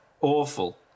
Awful